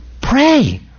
Pray